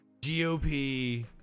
GOP